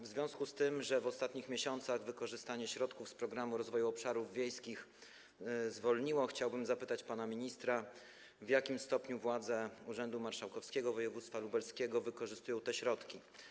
W związku z tym, że w ostatnich miesiącach wykorzystanie środków z Programu Rozwoju Obszarów Wiejskich zwolniło, chciałbym zapytać pana ministra, w jakim stopniu władze Urzędu Marszałkowskiego Województwa Lubelskiego wykorzystują te środki.